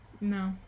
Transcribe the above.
no